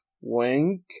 wink